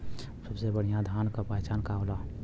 सबसे बढ़ियां धान का पहचान का होला?